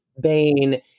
Bane